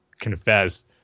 confess